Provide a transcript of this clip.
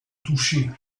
toucher